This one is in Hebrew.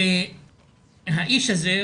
האיש הזה,